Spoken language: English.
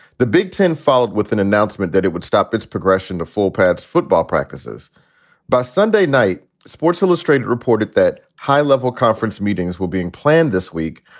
the big ten followed with an announcement that it would stop its progression to full pads football practices by sunday night. sports illustrated reported that high level conference meetings were being planned this week,